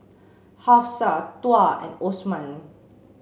Hafsa Tuah and Osman